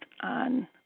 on